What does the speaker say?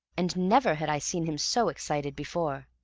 and never had i seen him so excited before.